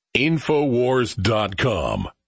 Infowars.com